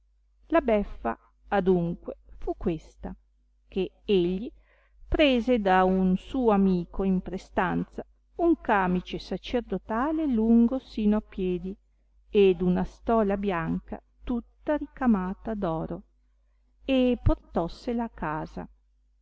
la beffa adunque fu questa che egli prese da un suo amico in prestanza un camice sacerdotale lungo sino a piedi ed una stola bianca tutta ricamata d'oro e portossela a casa